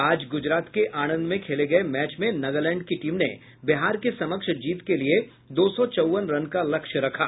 आज गुजरात के आणंद में खेले गये मैच में नागालैंड की टीम ने बिहार के समक्ष जीत के लिये दो सौ चौवन रन का लक्ष्य रखा